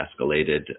escalated